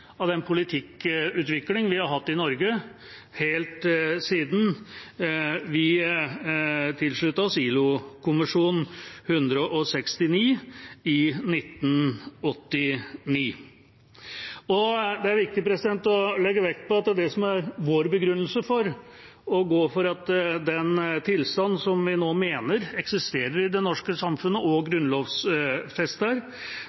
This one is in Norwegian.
av den politikkutviklingen vi har hatt i Norge helt siden vi tilsluttet oss ILO-konvensjon nr. 169 i 1989. Det er viktig å legge vekt på at det som er vår begrunnelse for å gå for å grunnlovfeste den tilstanden vi nå mener eksisterer i det norske samfunnet, er med utgangspunkt i ILO-konvensjonens andre ledd, som sier – og